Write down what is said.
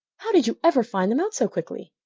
how did you ever find them out so quickly?